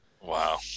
Wow